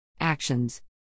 Actions